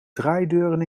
draaideuren